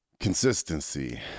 consistency